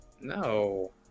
no